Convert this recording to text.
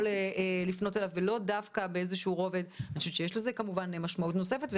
לפנות אליו - אני חושבת שיש לזה כמובן משמעות נוספת.